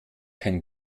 kein